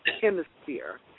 Hemisphere